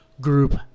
group